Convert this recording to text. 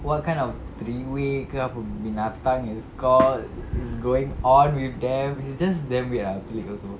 what kind of three way ke apa binatang it's called is going on with them it's just damn weird pelik also